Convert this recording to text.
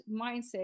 mindset